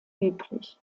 üblich